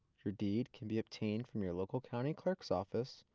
your deed can be obtained from your local county clerk's office,